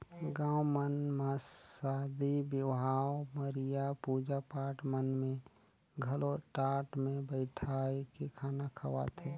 गाँव मन म सादी बिहाव, मरिया, पूजा पाठ मन में घलो टाट मे बइठाके खाना खवाथे